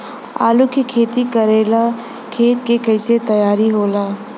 आलू के खेती करेला खेत के कैसे तैयारी होला?